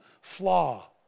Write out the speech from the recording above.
flaw